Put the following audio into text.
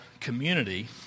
community